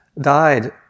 died